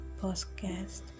podcast